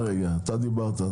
אתה דיברת,